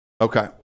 Okay